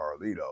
Carlito